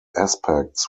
aspects